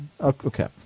Okay